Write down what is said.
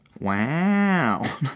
wow